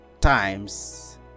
times